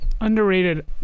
underrated